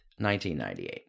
1998